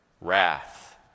wrath